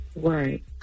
Right